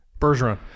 Bergeron